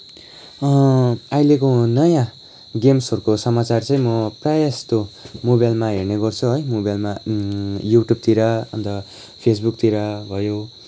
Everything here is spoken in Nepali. अहिलेको नयाँ गेम्सहरूको समाचार चाहिँ म प्रायःजस्तो मोबाइलमा हेर्ने गर्छु है मोबाइलमा युट्युबतिर अन्त फेसबुकतिर भयो